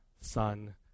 Son